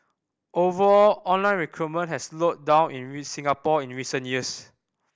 overall online recruitment has slowed down in Singapore in recent years